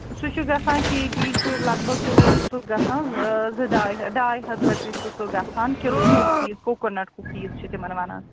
سُہ چھُ گژھان کے جی لَگ بَگ کِلوٗ چھُ سُہ گژھان زٕ ڈاے ہَتھ ڈاے ہَتھ رۄپیہِ چھِ سُہ گژھان کِلوٗ کُکیٖز کُکوٗنَٹ کُکیٖز چھِ تِمَن وَنان